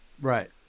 Right